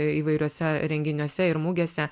įvairiuose renginiuose ir mugėse